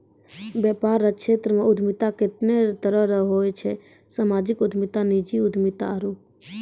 वेपार रो क्षेत्रमे उद्यमिता कत्ते ने तरह रो हुवै छै सामाजिक उद्यमिता नीजी उद्यमिता आरु